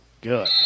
good